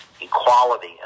equality